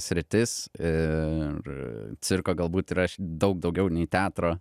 sritis ir cirko galbūt yra daug daugiau nei teatro